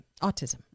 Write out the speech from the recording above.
autism